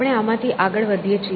આપણે આમાંથી આગળ વધીએ છીએ